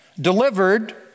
delivered